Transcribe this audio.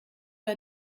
bei